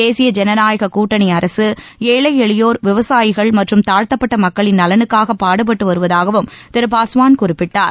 தேசிய ஜனநாயக கூட்டணி அரசு ஏழை எளியோர் விவசாயிகள் மற்றும் தாழ்த்தப்பட்ட மக்களின் பாடுபட்டு வருவதாகவும் நலனுக்காக திரு பாஸ்வான் குறிப்பிட்டார்